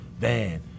van